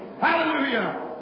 Hallelujah